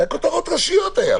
היו פה כותרות ראשיות.